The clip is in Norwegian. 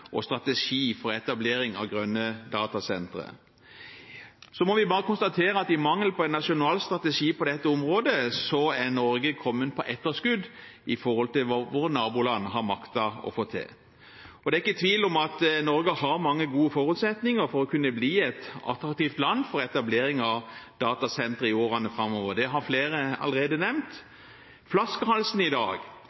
strategi for utbygging av fiberkabler til utlandet og etablering av grønne datasentre. Så må vi bare konstatere at i mangel av en nasjonal strategi på dette området har Norge kommet på etterskudd i forhold til hva våre naboland har maktet å få til. Det er ikke tvil om at Norge har mange gode forutsetninger for å kunne bli et attraktivt land for etablering av datasentre i årene framover. Det har flere allerede nevnt.